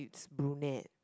brunette